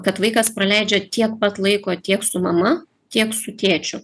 kad vaikas praleidžia tiek pat laiko tiek su mama tiek su tėčiu